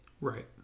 Right